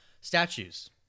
Statues